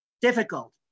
Difficult